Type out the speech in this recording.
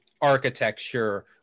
architecture